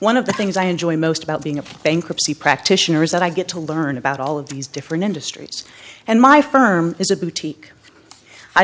one of the things i enjoy most about being a bankruptcy practitioner is that i get to learn about all of these different industries and my firm is a boutique i